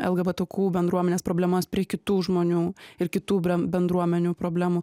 lgbtq bendruomenės problemas prie kitų žmonių ir kitų brem bendruomenių problemų